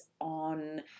on